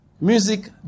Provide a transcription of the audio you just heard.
music